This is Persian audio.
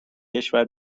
کشور